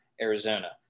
Arizona